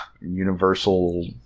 Universal